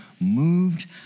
moved